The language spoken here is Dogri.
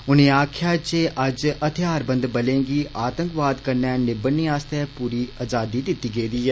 उनें आक्खेआ जजे अज्ज होथयारबंद बलें गी आतंकवाद कन्नै निबड़ने आस्तै पूरी आजादी दिती गेदी ऐ